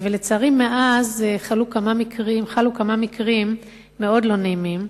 לצערי, מאז חלו כמה מקרים מאוד לא נעימים,